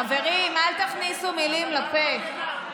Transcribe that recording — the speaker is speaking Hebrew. חברים, אל תכניסו מילים לפה.